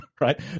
right